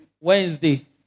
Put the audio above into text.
Wednesday